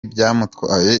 byamutwaye